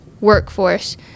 workforce